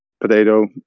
potato